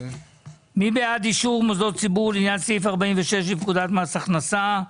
מי בעד אישור מוסדות ציבור לעניין סעיף 46 לפקודת מס הכנסה,